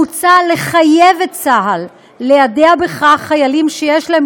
מוצע לחייב את צה"ל להודיע על כך לחיילים שיש להם